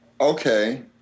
okay